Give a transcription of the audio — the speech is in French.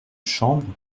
chambre